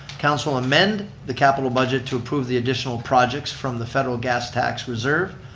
council amend the capital budget to approve the additional projects from the federal gas tax reserve,